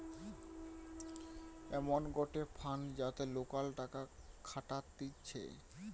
এমন গটে ফান্ড যাতে লোকরা টাকা খাটাতিছে